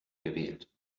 gewählt